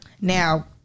Now